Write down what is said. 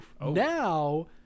Now